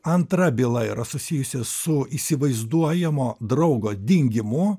antra byla yra susijusi su įsivaizduojamo draugo dingimo